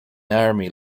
army